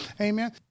amen